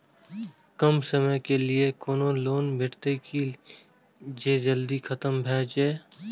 कम समय के लीये कोनो लोन भेटतै की जे जल्दी खत्म भे जे?